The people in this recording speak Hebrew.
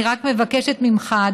אני רק מבקשת ממך,